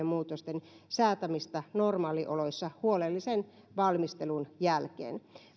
muutosten säätämistä normaalioloissa huolellisen valmistelun jälkeen